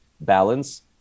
balance